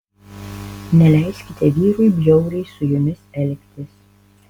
neleiskite vyrui bjauriai su jumis elgtis